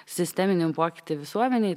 sisteminį pokytį visuomenėj